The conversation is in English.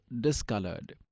discolored